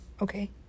Okay